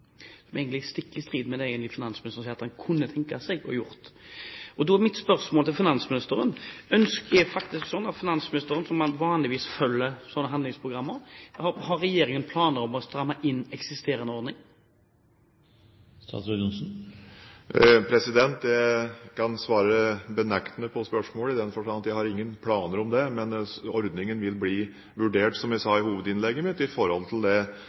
Da er mitt spørsmål til finansministeren: Har regjeringen, som vanligvis følger slike handlingsprogrammer, planer om å stramme inn eksisterende ordning? Jeg kan svare benektende på spørsmålet, i den forstand at jeg ikke har noen planer om det. Men ordningen vil bli vurdert, som jeg sa i hovedinnlegget mitt, i forbindelse med den jobben vi nå skal gjøre når det gjelder forenklinger generelt for næringslivet. Så er det viktig å understreke det som jeg sa da vi la fram revisjonsloven, at det er en enorm tillitserklæring til næringslivet, fordi det